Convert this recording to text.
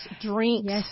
drinks